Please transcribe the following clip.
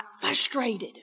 frustrated